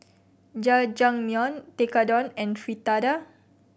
Jajangmyeon Tekkadon and Fritada